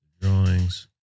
Drawings